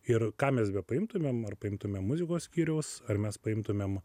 ir ką mes bepaimtumėm ar paimtumėm muzikos skyriaus ar mes paimtumėm